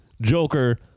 Joker